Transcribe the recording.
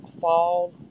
fall